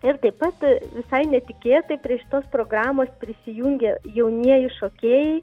ir taip pat visai netikėtai prie šitos programos prisijungė jaunieji šokėjai